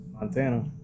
Montana